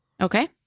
Okay